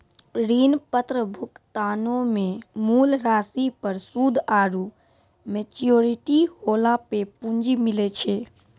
ऋण पत्र भुगतानो मे मूल राशि पर सूद आरु मेच्योरिटी होला पे पूंजी मिलै छै